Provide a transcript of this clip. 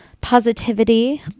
positivity